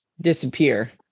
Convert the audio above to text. disappear